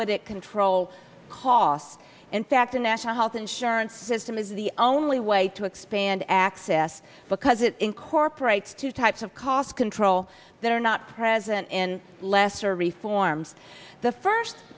would it control costs in fact a national health insurance system is the only way to expand access because it incorporates two types of cost control that are not present in lesser reforms the first